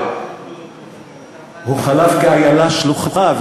הוא חלף כאיילה שלוחה,